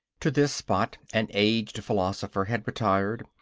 to this spot an aged philosopher had retired,